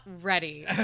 ready